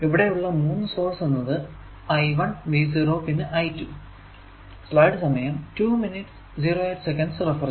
ഇവിടെ ഉള്ള മൂന്നു സോഴ്സ് എന്നത് I1 V0 പിന്നെ I2